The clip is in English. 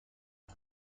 pan